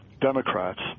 Democrats